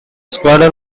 squadron